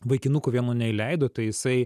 vaikinuko vieno neįleido tai jisai